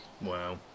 Wow